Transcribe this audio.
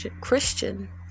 Christian